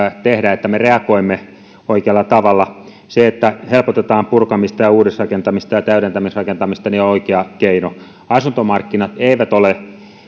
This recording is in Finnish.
tehdä että me reagoimme oikealla tavalla se että helpotetaan purkamista ja uudisrakentamista ja täydentämisrakentamista on oikea keino asuntomarkkinat eivät ole